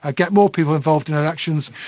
ah get more people involved in elections.